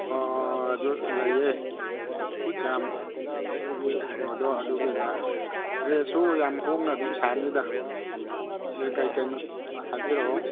ꯑꯣ ꯑꯗꯨ ꯂꯩꯌꯦ ꯀꯌꯥꯝ ꯂꯧꯕꯒꯤ ꯀꯩꯅꯣꯗꯣ ꯑꯗꯨꯒꯤꯅ ꯔꯦꯠꯁꯨ ꯌꯥꯝ ꯍꯣꯡꯅ ꯑꯗꯨꯝ ꯁꯥꯅꯤꯗ ꯑꯗꯩ ꯀꯩ ꯀꯩꯅꯣ ꯍꯥꯏꯕꯤꯔꯛꯑꯣ